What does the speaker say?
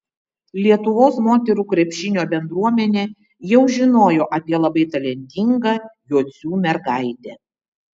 lietuvos moterų krepšinio bendruomenė jau žinojo apie labai talentingą jocių mergaitę